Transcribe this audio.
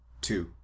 two